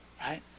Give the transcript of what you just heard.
right